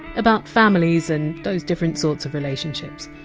about families and those different sorts of relationships.